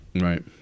Right